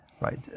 right